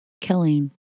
killing